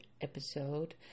episode